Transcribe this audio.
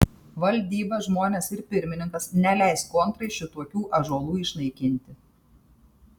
valdyba žmonės ir pirmininkas neleis kontrai šitokių ąžuolų išnaikinti